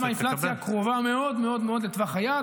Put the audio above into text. וגם האינפלציה קרובה מאוד מאוד מאוד לטווח היעד,